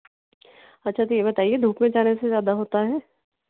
अच्छा तो यह बताइए धूप में जाने से ज़्यादा होता है